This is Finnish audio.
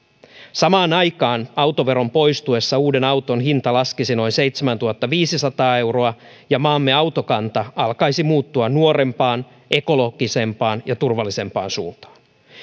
samaan aikaan autoveron poistuessa uuden auton hinta laskisi noin seitsemäntuhattaviisisataa euroa ja maamme autokanta alkaisi muuttua nuorempaan ekologisempaan ja turvallisempaan suuntaan